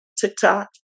TikTok